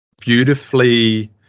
beautifully